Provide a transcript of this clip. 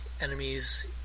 enemies